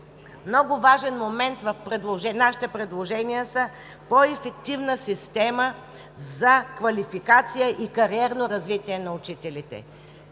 Много важен момент в нашите предложения са по-ефективна система за квалификация и кариерно развитие на учителите.